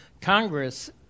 Congress